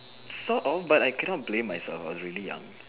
sort of but I cannot blame myself I was really young